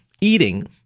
eating